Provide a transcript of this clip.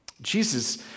Jesus